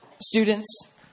students